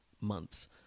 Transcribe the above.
months